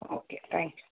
okay thank you